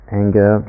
anger